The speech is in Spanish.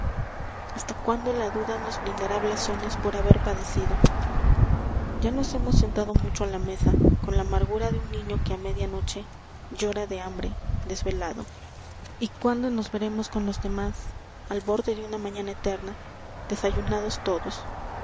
hasta cuándo la duda nos brindará blasones por haber padecido ya nos hemos sentado mucho a la mesa con la amargura de un niño que a media noche llora de hambre desvelado y cuándo nos veremos con los demás al borde de una mañana eterna desayunados todos